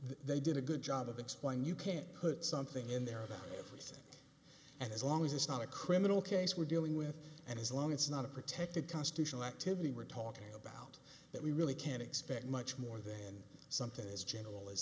they did a good job of explaining you can't put something in there about as long as it's not a criminal case we're dealing with and as long it's not a protected constitutional activity we're talking about that we really can't expect much more than something as general